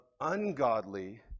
ungodly